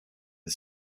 the